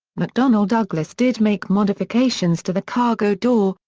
mcdonnell douglas did make modifications to the cargo door,